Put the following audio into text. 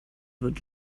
wird